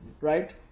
right